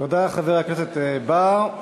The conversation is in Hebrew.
תודה, חבר הכנסת בר.